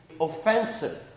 offensive